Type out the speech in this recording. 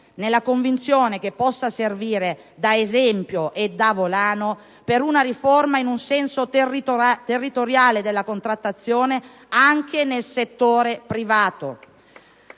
nella convinzione che possa servire da esempio e da volano per una riforma in senso territoriale della contrattazione anche nel settore privato.